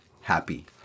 happy